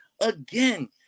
again